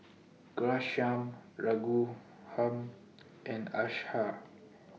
Ghanshyam Raghuram and Akshay